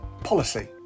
policy